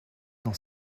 dans